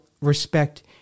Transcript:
respect